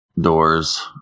doors